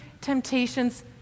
temptations